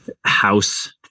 house